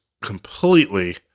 completely